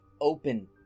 open